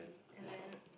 and then